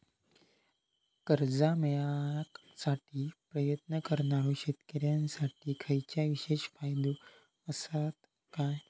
कर्जा मेळाकसाठी प्रयत्न करणारो शेतकऱ्यांसाठी खयच्या विशेष फायदो असात काय?